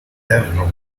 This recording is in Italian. terrore